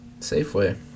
Safeway